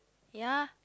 ya